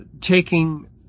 taking